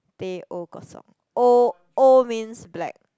Teh-O Kosong O O means black